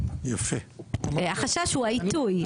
החשש הוא העיתוי,